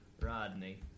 Rodney